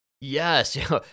Yes